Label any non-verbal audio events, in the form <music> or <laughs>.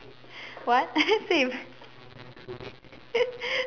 what <laughs> same <laughs>